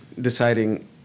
deciding